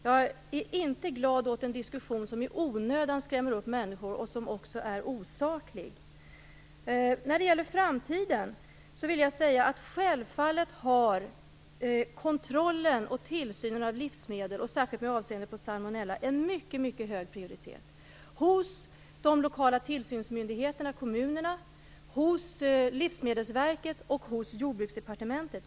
Jag är inte glad åt en diskussion som i onödan skrämmer upp människor och som dessutom är osaklig. Inför framtiden har självfallet kontrollen och tillsynen av livsmedel, särskilt med avseende på salmonella, mycket hög prioritet hos de lokala tillsynsmyndigheterna - kommunerna -, hos Livsmedelsverket och hos Jordbruksdepartementet.